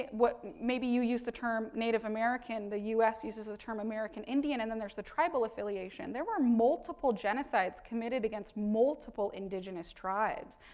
maybe you use the term native american, the us uses the term american indian, and then there's the tribal affiliation. there were multiple genocides committed against multiple indigenous tribes.